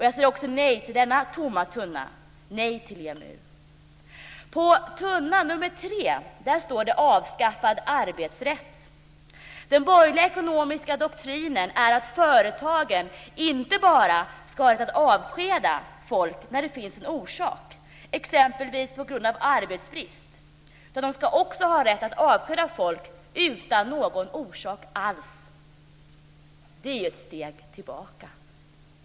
Jag säger nej också till denna tomma tunna - nej till På tunna nr 3 står det "Avskaffad arbetsrätt". Den borgerliga ekonomiska doktrinen är att företagen ska ha rätt att avskeda folk inte bara när det finns en orsak, exempelvis på grund av arbetsbrist, utan de ska också ha rätt att avskeda folk utan någon orsak alls. Det är ett steg tillbaka.